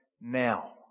now